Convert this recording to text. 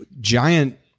giant